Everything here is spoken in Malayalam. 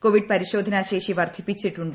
കോവിഡ് പരിശോധനാശേഷി വർദ്ധിപ്പിച്ചിട്ടുണ്ട്